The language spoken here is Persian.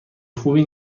خوبی